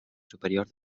superior